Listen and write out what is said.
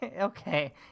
Okay